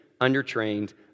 undertrained